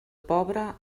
pobre